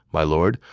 my lord,